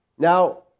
Now